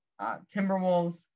Timberwolves